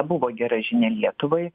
buvo gera žinia lietuvai